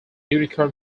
unicorn